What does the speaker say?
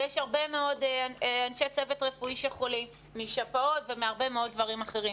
ויש הרבה מאוד אנשי צוות רפואי שחולים משפעות ומהרבה מאוד דברים אחרים.